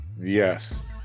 Yes